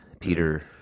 Peter